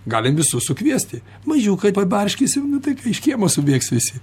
galim visus sukviesti mažiau kai pabarškinsim nu tai ką iš kiemo subėgs visi